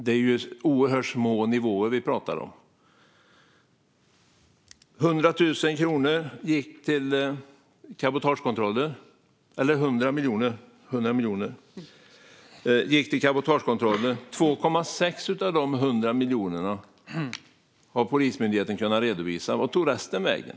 Det är alltså oerhört låga nivåer vi pratar om. 100 miljoner gick till cabotagekontroller. 2,6 av de 100 miljonerna har Polismyndigheten kunnat redovisa. Vart tog resten vägen?